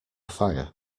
fire